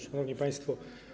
Szanowni Państwo!